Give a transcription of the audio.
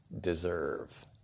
deserve